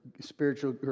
spiritual